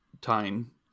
time